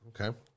okay